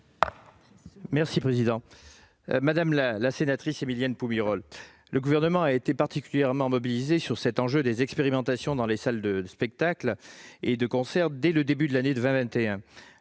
secrétaire d'État. Madame la sénatrice, le Gouvernement a été particulièrement mobilisé sur cet enjeu des expérimentations dans les salles de spectacles et de concerts dès le début de l'année 2021.